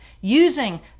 using